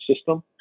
system